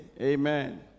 Amen